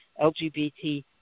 LGBT